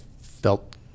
felt